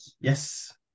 Yes